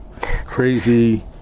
Crazy